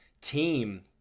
team